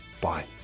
Bye